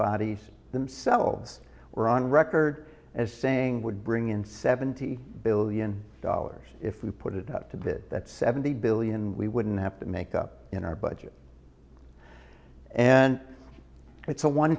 bodies themselves were on record as saying would bring in seventy billion dollars if we put it out to bid that seventy billion we wouldn't have to make up in our budget and it's a one